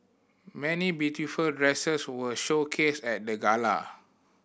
many beautiful dresses were showcased at the gala